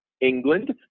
England